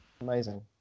Amazing